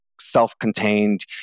self-contained